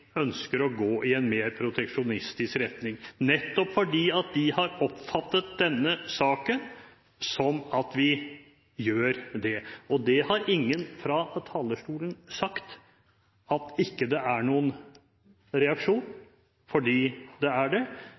ønsker å gå i en mer proteksjonistisk retning, nettopp fordi de har oppfattet denne saken som at vi gjør det. Og det har ingen fra talerstolen sagt, at det ikke er noen reaksjon, fordi det er det. Ingen har heldigvis heller sagt at det